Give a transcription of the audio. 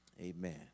Amen